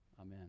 Amen